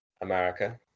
America